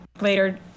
later